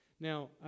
Now